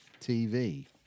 TV